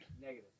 Negative